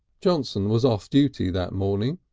johnson was off duty that morning,